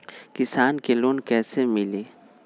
किसान के लोन कैसे मिली?